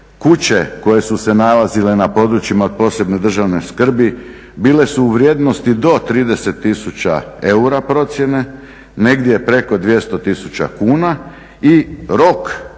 kuće koje su se nalazile na područjima od posebne državne skrbi bile su u vrijednosti do 30000 eura procjene, negdje preko 200000 kuna i rok u